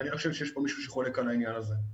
אני לא חושב שיש כאן מישהו שחולק על העניין הזה.